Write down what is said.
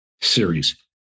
series